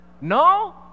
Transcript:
no